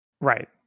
Right